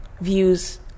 views